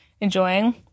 enjoying